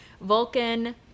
Vulcan